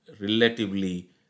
relatively